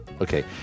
Okay